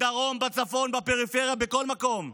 בדרום, בצפון, בפריפריה, בכל מקום,